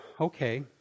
okay